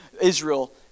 Israel